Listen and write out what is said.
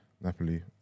Napoli